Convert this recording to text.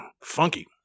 funky